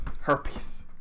Herpes